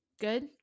Good